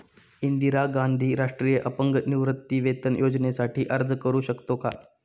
इंदिरा गांधी राष्ट्रीय अपंग निवृत्तीवेतन योजनेसाठी अर्ज करू शकतो का?